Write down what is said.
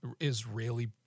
Israeli